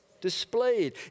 Displayed